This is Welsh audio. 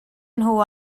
nhw